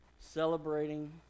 celebrating